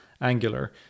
Angular